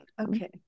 Okay